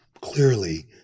clearly